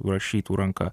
rašytų ranka